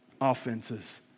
offenses